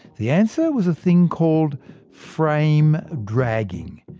the answer was a thing called frame dragging,